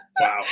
wow